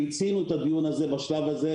מיצינו את הדיון הזה בשלב הזה,